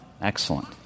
Excellent